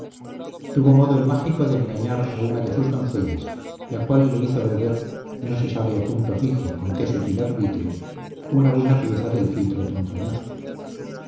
tuvo modo el mágico de engañar a una de sus doncellas la cual le hizo beber no se sabe a punto fijo con qué sutil arbitrio una buena pieza del filtro ponzoñoso